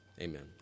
Amen